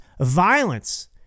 Violence